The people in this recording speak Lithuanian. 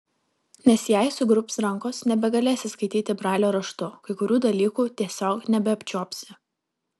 nes jei sugrubs rankos nebegalėsi skaityti brailio raštu kai kurių dalykų tiesiog nebeapčiuopsi